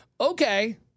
okay